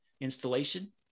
installation